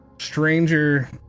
stranger